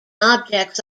objects